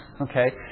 okay